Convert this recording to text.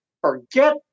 forget